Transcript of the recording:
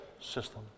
system